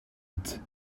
vite